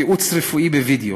ייעוץ רפואי בווידיאו.